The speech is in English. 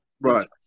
right